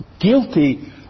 guilty